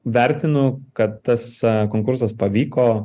vertinu kad tas konkursas pavyko